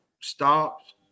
stops